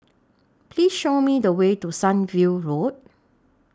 Please Show Me The Way to Sunview Road